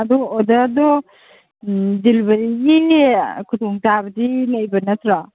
ꯑꯗꯨ ꯑꯣꯗꯔꯗꯨ ꯎꯝ ꯗꯤꯂꯤꯕꯔꯤꯒꯤ ꯈꯨꯗꯣꯡ ꯆꯥꯕꯗꯤ ꯂꯩꯕ ꯅꯠꯇ꯭ꯔꯣ